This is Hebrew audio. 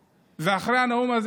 לנו,